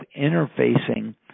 interfacing